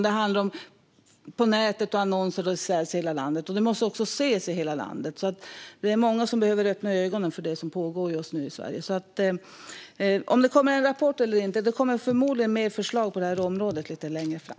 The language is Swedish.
Det handlar om annonser på nätet och finns i hela landet, och det måste också ses i hela landet. Det är många som behöver öppna ögonen för det som pågår i Sverige just nu. Om det kommer en rapport eller inte vet jag inte, men det kommer förmodligen fler förslag på detta område lite längre fram.